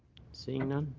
seeing none.